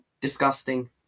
Disgusting